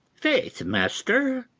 faith, master,